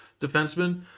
defenseman